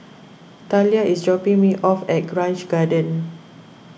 Thalia is dropping me off at Grange Garden